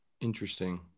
interesting